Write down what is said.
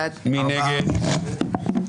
כרגע לא.